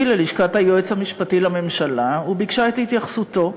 ללשכת היועץ המשפטי לממשלה וביקשה את התייחסותו.